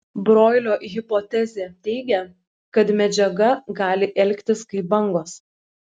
broilio hipotezė teigia kad medžiaga gali elgtis kaip bangos